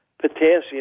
potassium